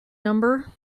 number